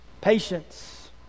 Patience